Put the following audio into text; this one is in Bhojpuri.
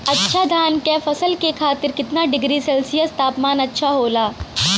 अच्छा धान क फसल के खातीर कितना डिग्री सेल्सीयस तापमान अच्छा होला?